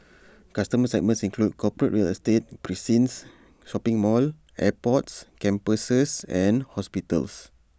customer segments include corporate real estate precincts shopping malls airports campuses and hospitals